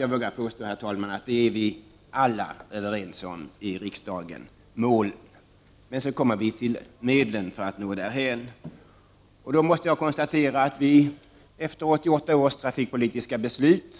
Jag vågar påstå, herr talman, att vi alla här i riksdagen är överens om målen. Sedan kommer vi till medlen för att nå målen. Jag kan konstatera att vi i och med 1988 års trafikpolitiska beslut